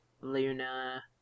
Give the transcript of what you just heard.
Luna